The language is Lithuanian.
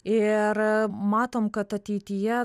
ir matom kad ateityje